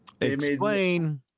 Explain